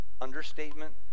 understatement